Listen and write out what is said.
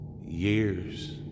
years